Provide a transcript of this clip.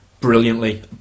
Brilliantly